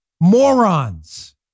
morons